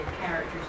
characters